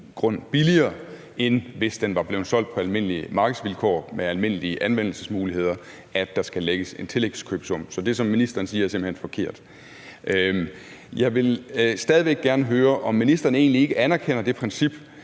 grunden billigere, end hvis den var blevet solgt på almindelige markedsvilkår med almindelige anvendelsesmuligheder, at der skal lægges en tillægskøbesum. Så det, som ministeren siger, er simpelt hen forkert. Jeg vil stadig væk gerne høre, om ministeren egentlig ikke anerkender det princip,